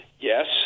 Yes